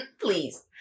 Please